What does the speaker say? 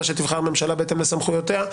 מה שתבחר הממשלה בהתאם לסמכויותיה.